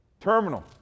terminal